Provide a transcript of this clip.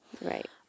Right